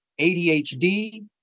ADHD